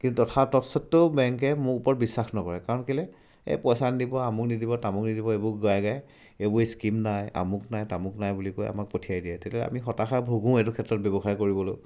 কিন্তু তথা তৎস্বত্তেও বেংকে মোৰ ওপৰত বিশ্বাস নকৰে কাৰণ কেলেই এই পইচা নিদিব আমুক নিদিব তামুক নিদিব এইবোৰ গাই গাই এইবোৰ স্কীম নাই আমুক নাই তামুক নাই বুলি কৈ আমাক পঠিয়াই দিয়ে তেতিয়া আমি হতাশাত ভোগোঁৱেই এইটো ক্ষেত্ৰত ব্যৱসায় কৰিবলৈ